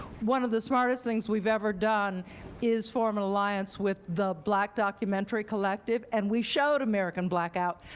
one of the smartest things we've ever done is form an alliance with the black documentary collective, and we showed american blackout,